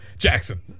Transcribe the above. Jackson